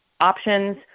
options